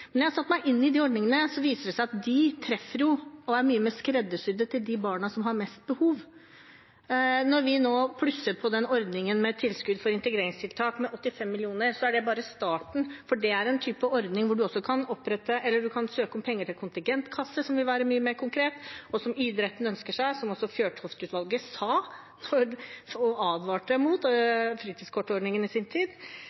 Men jeg har satt meg inn i de ordningene, og det viser seg at de treffer og er mye mer skreddersydde til de barna som har mest behov. Når vi nå plusser på ordningen med tilskudd for integreringstiltak med 85 mill. kr, er det bare starten. For det er en type ordning hvor man også kan søke om penger til kontingentkasse, noe som vil være mye mer konkret, og som idretten ønsker seg.